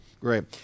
Great